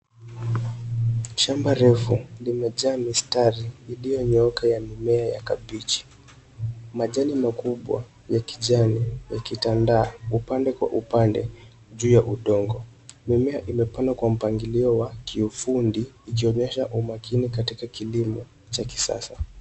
Shamba refu limejaa mistari iliyonyooka ya mimea ya kabichi. Majani makubwa ya kijani yakitandaa upande kwa upande juu ya udongo. Mimea imepandwa kwa mpangilio wa kiufundi ikionyesha umakini katika kilimo cha kisasa.